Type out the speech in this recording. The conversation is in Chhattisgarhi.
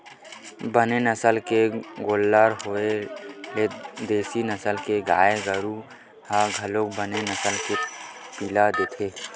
बने नसल के गोल्लर होय ले देसी नसल के गाय गरु ह घलोक बने नसल के पिला देथे